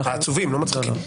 העצובים, לא מצחיקים.